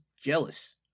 jealous